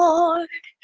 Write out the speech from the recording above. Lord